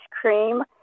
cream